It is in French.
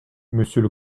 monsieur